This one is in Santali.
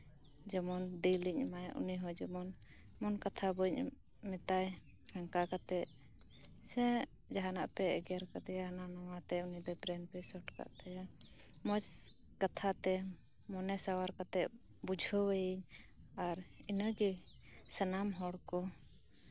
ᱡᱮᱢᱚᱱ ᱫᱤᱞ ᱤᱧ ᱮᱢᱟᱭ ᱩᱱᱤᱦᱚᱸ ᱡᱮᱢᱚᱱ ᱢᱚᱱ ᱠᱟᱛᱷᱟ ᱵᱟᱹᱧ ᱢᱮᱛᱟᱭ ᱥᱮ ᱚᱱᱠᱟ ᱠᱟᱛᱮᱫ ᱡᱟᱦᱟᱱᱟᱜ ᱯᱮ ᱮᱜᱮᱨ ᱟᱠᱟᱫᱮᱭᱟ ᱦᱟᱱᱟ ᱱᱚᱶᱟᱛᱮ ᱩᱱᱤ ᱫᱚ ᱵᱨᱮᱱ ᱯᱮ ᱥᱚᱨᱴ ᱟᱠᱟᱫ ᱛᱟᱭᱟ ᱢᱚᱸᱡᱽ ᱠᱟᱛᱷᱟᱛᱮ ᱢᱚᱱᱮ ᱥᱟᱶᱟᱨ ᱠᱟᱛᱮᱫ ᱵᱩᱡᱷᱟᱹᱧ ᱮᱭᱟᱧ ᱟᱨ ᱤᱱᱟᱹᱜᱮ ᱥᱟᱱᱟᱢ ᱦᱚᱲ ᱠᱚ